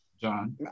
John